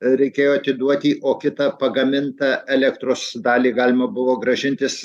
reikėjo atiduoti o kitą pagamintą elektros dalį galima buvo grąžintis